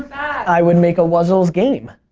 i would make a wuzzles game.